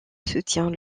soutient